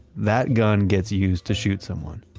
that gun gets used to shoot someone.